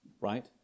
right